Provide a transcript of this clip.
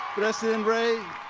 president ray,